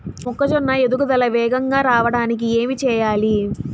మొక్కజోన్న ఎదుగుదల వేగంగా రావడానికి ఏమి చెయ్యాలి?